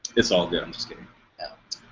it's all good i'm just kidding. yeah